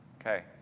Okay